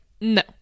no